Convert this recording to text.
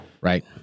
Right